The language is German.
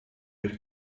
mit